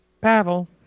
Pavel